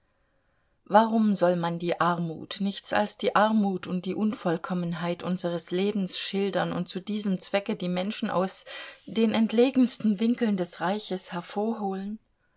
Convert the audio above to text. warum soll man die armut nichts als armut und die unvollkommenheit unseres lebens schildern und zu diesem zwecke die menschen aus den entlegensten winkeln des reiches hervorholen